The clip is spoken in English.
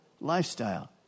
lifestyle